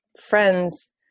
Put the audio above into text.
friends